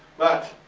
but,